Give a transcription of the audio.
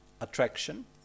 Attraction